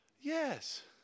Yes